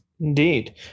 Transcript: Indeed